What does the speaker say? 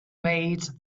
made